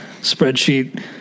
spreadsheet